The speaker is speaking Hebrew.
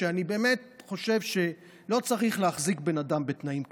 ואני באמת חושב שלא צריך להחזיק בן אדם בתנאים כאלה.